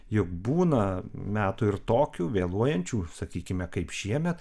juk būna metų ir tokių vėluojančių sakykime kaip šiemet